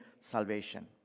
salvation